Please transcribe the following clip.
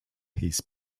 his